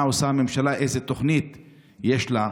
מה עושה הממשלה, איזה תוכנית יש לה?